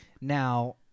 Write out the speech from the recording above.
Now